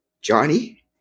Johnny